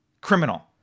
criminal